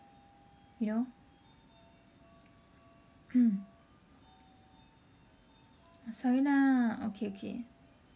you know hmm sorry lah okay K